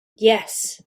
yes